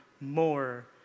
more